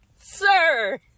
sir